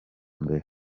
mbere